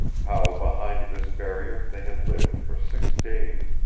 how behind this barrier they had lived for six days,